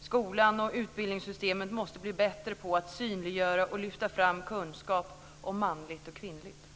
Skolan och utbildningssystemet måste bli bättre på att synliggöra och lyfta fram kunskap om manligt och kvinnligt.